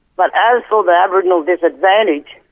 but as for the aboriginal disadvantage,